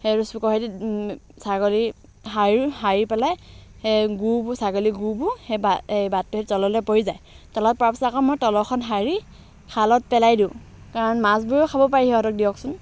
সেইটো চুকৰ সৈতে ছাগলী সাৰোঁ সাৰি পেলাই সেই গুবোৰ ছাগলী গুবোৰ সেই বা এই বাটটোৰে তললৈ পৰি যায় তলত পৰাৰ পাছত আকৌ মই তলৰখন সাৰি খালত পেলাই দিওঁ কাৰণ মাছবোৰেও খাব পাৰে সিহঁতক দিয়কচোন